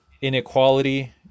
inequality